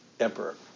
emperor